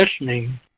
listening